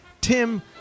Tim